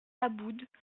aboud